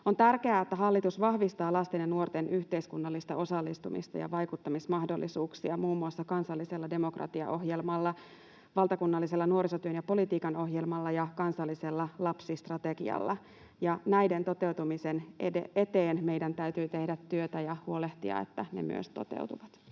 On tärkeää, että hallitus vahvistaa lasten ja nuorten yhteiskunnallista osallistumista ja vaikuttamismahdollisuuksia muun muassa kansallisella demokratiaohjelmalla, valtakunnallisella nuorisotyön ja -politiikan ohjelmalla ja kansallisella lapsistrategialla. Näiden toteutumisen eteen meidän täytyy tehdä työtä ja huolehtia, että ne myös toteutuvat.